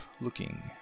looking